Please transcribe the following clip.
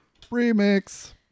Remix